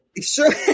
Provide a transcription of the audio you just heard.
Sure